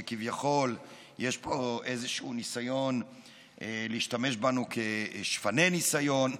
שכביכול יש פה איזשהו ניסיון להשתמש בנו כשפני ניסיון.